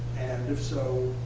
if so,